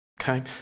Okay